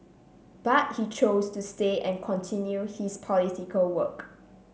but he chose to stay and continue his political work